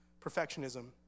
perfectionism